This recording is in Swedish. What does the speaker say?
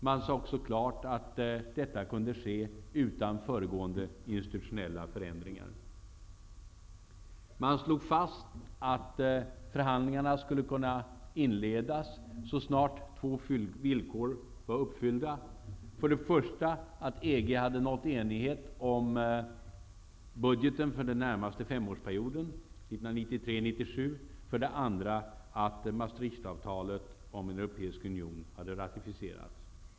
Man sade också klart att detta kunde ske utan föregående institutionella förändringar. Man slog fast att förhandlingarna skulle kunna inledas så snart två villkor var uppfyllda: för det första att EG hade nått enighet om budgeten för den närmaste femårsperioden 1993-1997 och för det andra att Maastrichtavtalet om en europeisk union hade ratificerats.